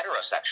heterosexual